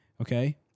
Okay